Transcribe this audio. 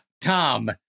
Tom